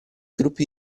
gruppi